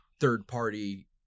third-party